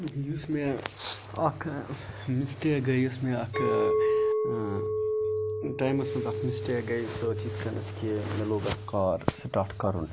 یُس مےٚ اَکھ مِسٹیک گٔے یۄس مےٚ اَکھ ٹایمَس منٛز اَکھ مِسٹیک گٔے سُہ ٲس یِتھ کَنٮ۪تھ کہِ مےٚ لوگ اَکھ کار سٕٹاٹ کَرُن